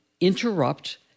interrupt